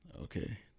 okay